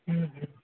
હમ હમ